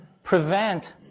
prevent